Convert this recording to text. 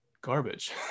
garbage